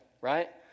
right